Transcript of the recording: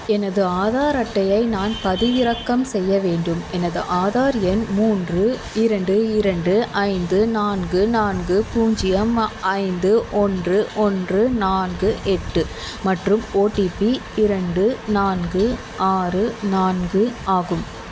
எனது ஆதார் அட்டையை நான் பதிவிறக்கம் செய்ய வேண்டும் எனது ஆதார் எண் மூன்று இரண்டு இரண்டு ஐந்து நான்கு நான்கு பூஜ்ஜியம் ஐந்து ஒன்று ஒன்று நான்கு எட்டு மற்றும் ஓடிபி இரண்டு நான்கு ஆறு நான்கு ஆகும்